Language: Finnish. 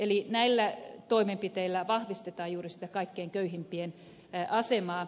eli näillä toimenpiteillä vahvistetaan juuri sitä kaikkein köyhimpien asemaa